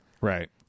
Right